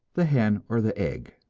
the hen or the egg?